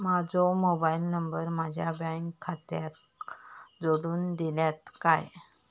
माजो mobile number माझ्या bank खात्याक जोडून दितल्यात काय?